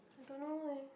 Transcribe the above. I don't know eh